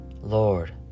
Lord